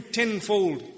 tenfold